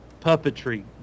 puppetry